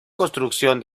construcción